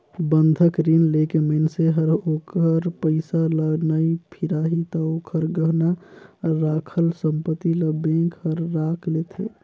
बंधक रीन लेके मइनसे हर ओखर पइसा ल नइ फिराही ते ओखर गहना राखल संपति ल बेंक हर राख लेथें